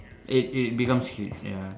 it it becomes huge ya